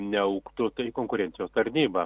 neaugtų tai konkurencijos tarnyba